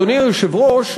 אדוני היושב-ראש,